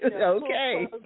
Okay